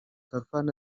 khalfan